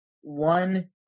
one